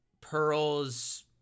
Pearl's